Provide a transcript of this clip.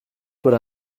would